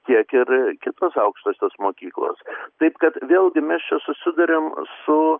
tiek ir kitos aukštosios mokyklos taip kad vėlgi mes čia susiduriam su